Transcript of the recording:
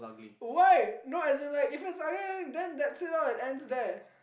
why no as in like if it's then that's it lor it ends there